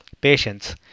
Patience